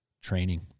Training